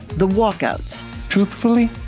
the walkouts truthfully,